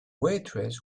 waitress